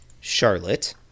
charlotte